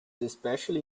especially